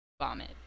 vomit